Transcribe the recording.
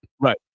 Right